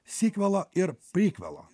sikvalo ir prikvalo